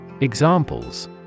Examples